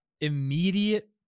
immediate